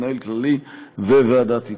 מנהל כללי וועדת איתור.